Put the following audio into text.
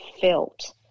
felt